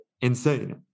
insane